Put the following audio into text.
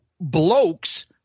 blokes